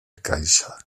caixa